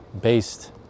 based